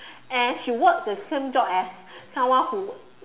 and she work the same job as someone who